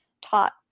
taught